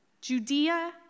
Judea